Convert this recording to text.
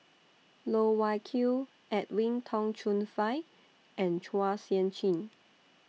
Loh Wai Kiew Edwin Tong Chun Fai and Chua Sian Chin